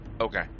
Okay